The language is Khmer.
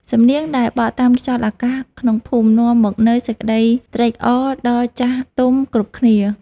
សំនៀងដែលបក់តាមខ្យល់អាកាសក្នុងភូមិ នាំមកនូវសេចក្ដីត្រេកអរដល់ចាស់ទុំគ្រប់គ្នា។